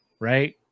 right